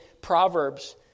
Proverbs